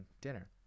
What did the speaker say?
dinner